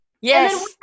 Yes